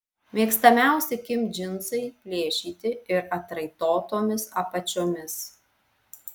mėgstamiausi kim džinsai plėšyti ir atraitotomis apačiomis